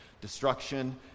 destruction